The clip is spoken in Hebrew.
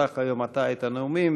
תפתח היום אתה את הנאומים.